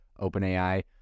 OpenAI